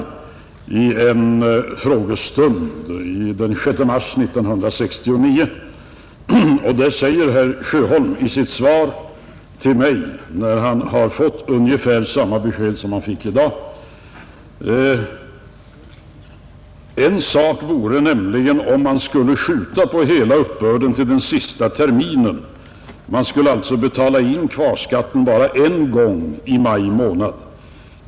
Vid en frågestund den 6 mars 1969 sade herr Sjöholm sedan han fått ungefär samma besked som han fick i dag: ”En sak vore nämligen om man skulle skjuta på hela uppbörden till den sista terminen — man skulle alltså betala in kvarskatten bara en gång, i maj månad.